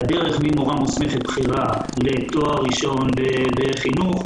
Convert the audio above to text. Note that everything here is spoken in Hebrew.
הדרך ממורה מוסמכת בכירה לתואר ראשון בחינוך,